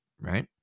right